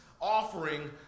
offering